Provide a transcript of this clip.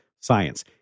Science